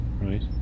right